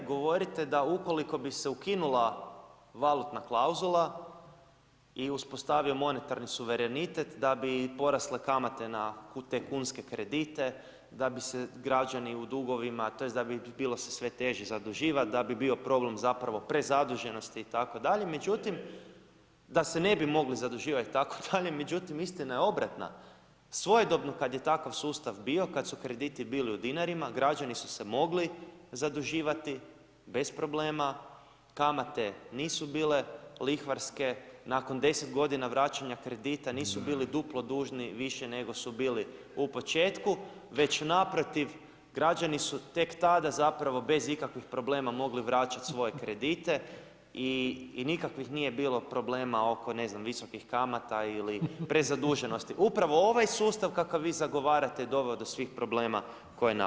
Vi g. Čuraj govorite da ukoliko bi se ukinula valutna klauzula i uspostavio monetarni suverenitet, da bi porasle kamate na te kunske kredite, da bi se građani u dugovima tj. da bi bilo sve teže zaduživat, da bi bio problem zapravo prezaduženosti itd., … [[Upadica sa strane, ne razumije se.]] međutim ,da se ne bi mogli zaduživati itd., međutim, istina je obratna, svojedobno kad je takav sustav bio, kad su krediti bili u dinari, građani su se mogli zaduživati bez problema, kamate nisu bile lihvarske, nakon 10 g. vraćanja kredita nisu bili duplo dužni više nego su bili u početku, već naprotiv, građani su tek tada zapravo bez ikakvih problema mogli vraćati svoje kredite i nikakvih nije bilo problema oko ne znam, visokih kamata o prezaduženosti, upravo ovaj sustav kakav vi zagovarate je doveo do svih problema koje navodite.